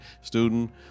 student